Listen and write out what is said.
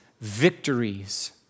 victories